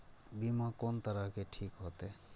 बीमा कोन तरह के ठीक होते?